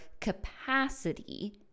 capacity